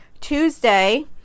Tuesday